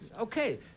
Okay